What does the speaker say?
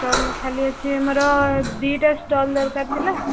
stall ଖାଲି ଅଛି ଆମର ଦୁଇଟା ଷ୍ଟଲ୍ ଦରକାର ଥିଲା